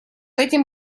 этим